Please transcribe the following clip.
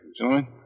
Join